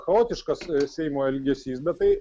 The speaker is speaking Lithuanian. chaotiškas seimo elgesys bet tai